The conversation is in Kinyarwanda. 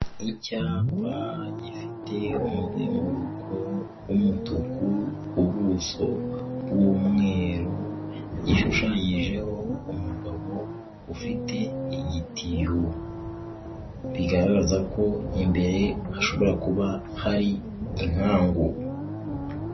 Icyapa gifite umugezenguruko w'umutuku, ubuso bw'umweru, gishushanyijeho umugabo ufite igitiyo, bigaragaza ko imbere hashobora kuba hari inkangu.